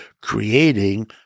creating